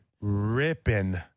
Ripping